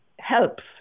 helps